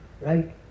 Right